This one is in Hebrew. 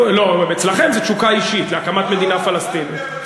אצלכם זו תשוקה אישית להקמת מדינה פלסטינית.